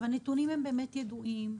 הנתונים ידועים.